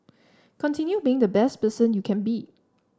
continue being the best person you can be